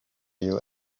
you